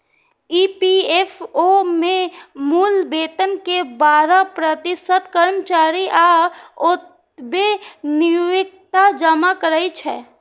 EPFO मे मूल वेतन के बारह प्रतिशत कर्मचारी आ ओतबे नियोक्ता जमा करै छै